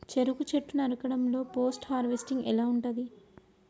చెరుకు చెట్లు నరకడం లో పోస్ట్ హార్వెస్టింగ్ ఎలా ఉంటది?